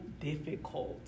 difficult